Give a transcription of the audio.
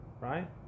right